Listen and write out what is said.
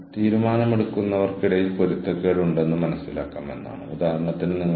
കൂടാതെ നെറ്റ്വർക്കിൽ നിന്ന് ജീവനക്കാർ എങ്ങനെ സ്വീകരിക്കുന്നുവെന്ന് നിങ്ങൾ പ്രധാനമായും നോക്കുന്നു